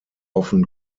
often